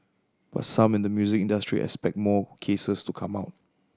but some in the music industry expect more cases to come out